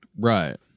Right